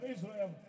Israel